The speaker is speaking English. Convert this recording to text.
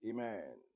Amen